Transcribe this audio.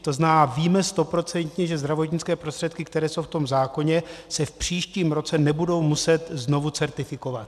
To znamená, víme stoprocentně, že zdravotnické prostředky, které jsou v tom zákoně, se v příštím roce nebudou muset znovu certifikovat?